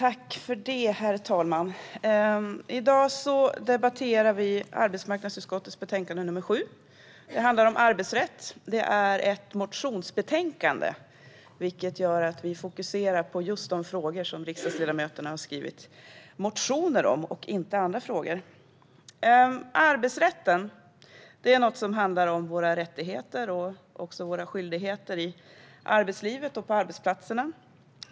Herr talman! I dag debatterar vi arbetsmarknadsutskottet betänkande nr 7. Det handlar om arbetsrätt. Det är ett motionsbetänkande, vilket gör att vi fokuserar på de frågor som riksdagsledamöterna har skrivit motioner om och inte andra frågor. Arbetsrätt handlar om våra rättigheter och skyldigheter i arbetslivet och på arbetsplatserna.